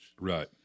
Right